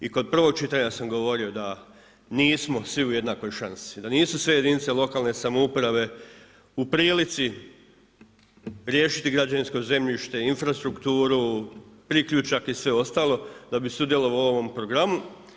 I kod prvog čitanja sam govorio da nismo svi u jednakoj šansi, da nisu sve jedinice lokalne samouprave u prilici riješiti građevinsko zemljište, infrastrukturu, priključak i sve ostalo da bi sudjelovao u ovom programu.